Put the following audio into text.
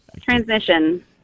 Transmission